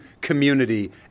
community